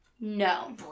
No